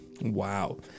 Wow